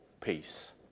peace